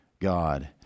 God